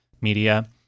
Media